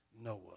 Noah